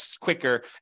quicker